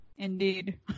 Indeed